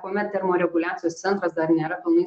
kuomet termoreguliacijos centras dar nėra pilnai